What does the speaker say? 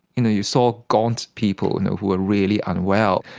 you know you saw gaunt people who were really unwell.